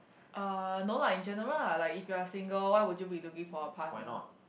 uh no lah in general lah like if you are single why would you be looking for a partner